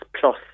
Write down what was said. plus